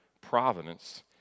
providence